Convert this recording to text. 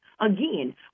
Again